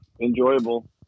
enjoyable